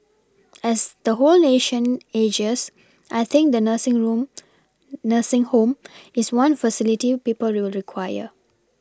as the whole nation ages I think the nursing room nursing home is one facility people will require